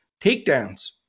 takedowns